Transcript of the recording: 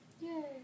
Yay